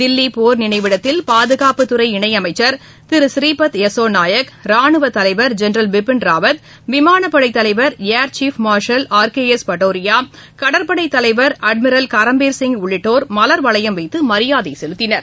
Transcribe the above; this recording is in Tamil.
தில்லி போர் நினைவிடத்தில் பாதுகாப்புத்துறை இணை அமைச்சர் திரு ஸ்ரீபத் யசோ நாயக் ராணுவத் தலைவர் ஜெனரல் பிபின் ராவத் விமானப்படை தலைவர் air chief marshal R K S Bhadauria கடற்படை தலைவர் அட்மிரல் கரம்பீர் சிங் உள்ளிட்டோர் மலர்வளையம் வைத்து மரியாதை செலுத்தினர்